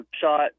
shot